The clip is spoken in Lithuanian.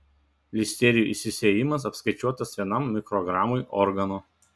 listerijų išsisėjimas apskaičiuotas vienam mikrogramui organo